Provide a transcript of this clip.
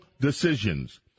decisions